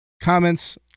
comments